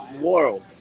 world